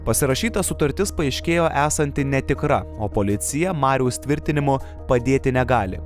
pasirašyta sutartis paaiškėjo esanti netikra o policija mariaus tvirtinimu padėti negali